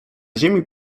ziemi